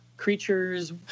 creatures